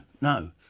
no